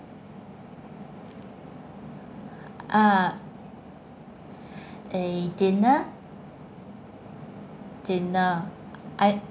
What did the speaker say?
ah a dinner dinner I